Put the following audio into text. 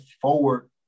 forward